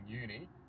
uni